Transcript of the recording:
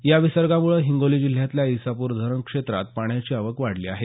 या विसर्गामुळे हिंगोली जिल्ह्यातल्या ईसापूर धरण क्षेत्रात पाण्याची आवक वाढली आहे